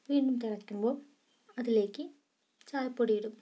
വീണ്ടും തിളയ്ക്കുമ്പോൾ അതിലേക്ക് ചായപ്പൊടി ഇടും